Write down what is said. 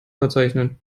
verzeichnen